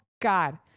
God